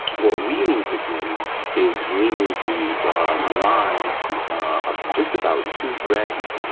what we need to do is we need to grind ah just about two threads,